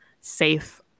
safe